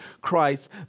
Christ